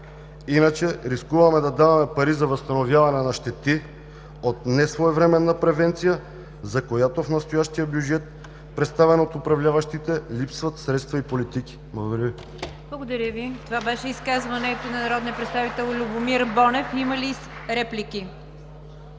иначе рискуваме да даваме пари за възстановяване на щети от несвоевременна превенция, за която в настоящия бюджет, представен от управляващите, липсват средства и политики. Благодаря Ви.